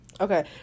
Okay